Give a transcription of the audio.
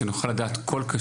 שנוכל לדעת את מצבו של כל קשיש,